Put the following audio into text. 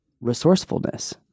resourcefulness